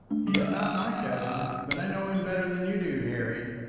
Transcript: he is not my cousin, but i know him better than you do, harry.